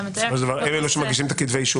בסופו של דבר הם אלה שמגישים את כתבי האישום,